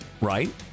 Right